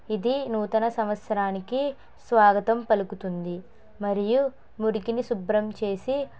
ఇది నూతన సంవత్సరానికి స్వాగతం పలుకుతుంది మరియు మురికిని శుభ్రం చేసి